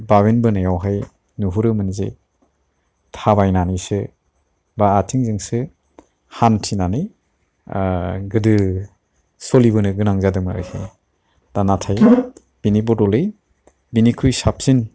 बाबेनबोनायाव नुहुरोमोन जे थाबायनानैसो बा आथिंजोंसो हानथिनानै गोदो सलिबोनो गोनां जादोंमोन आरोखि दा नाथाय बिनि बदलै बिनिख्रुइ साबसिन